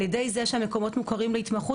על ידי זה שהמקומות מוכרים להתמחות,